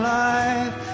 life